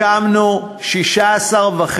סגן השר,